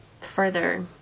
further